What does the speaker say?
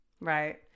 Right